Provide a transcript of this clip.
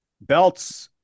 Belts